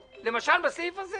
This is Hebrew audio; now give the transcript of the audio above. למשל, בסעיף הזה.